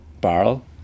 barrel